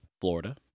Florida